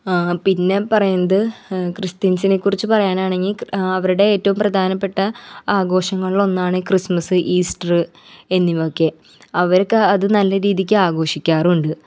പിന്നെ പറയുന്നത് ക്രിസ്ത്യൻസിനെ ക്കുറിച്ച് പറയാനാണെങ്കിൽ അവരുടെ ഏറ്റോം പ്രധാനപ്പെട്ട ആഘോഷങ്ങൾലൊന്നാണ് ക്രിസ്മസ്സ് ഈസ്റ്റ്റ് എന്നിവയൊക്കെ അവർക്ക് അത് നല്ല രീതിക്ക് ആഘോഷിക്കാറുണ്ട്